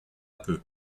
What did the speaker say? peu